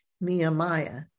Nehemiah